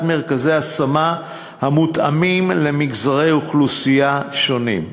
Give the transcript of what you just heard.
מרכזי השמה המותאמים למגזרי אוכלוסייה שונים.